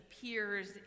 appears